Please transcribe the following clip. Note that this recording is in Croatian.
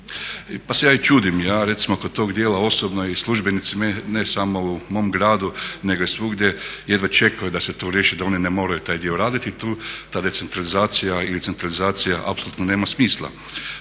pa se ja i čudim. Ja recimo oko tog dijela osobno i službenici ne samo u mom gradu nego i svugdje jedva čekaju da se to riješi da oni ne moraju taj dio raditi. Ta decentralizacija ili centralizacija apsolutno nema smisla,